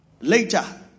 Later